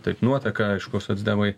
taip nuotaka aišku socdemai